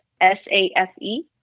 S-A-F-E